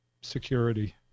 security